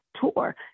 tour